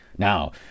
Now